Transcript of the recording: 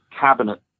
cabinet